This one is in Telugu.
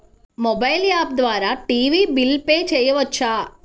మొబైల్ యాప్ ద్వారా టీవీ బిల్ పే చేయవచ్చా?